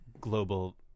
global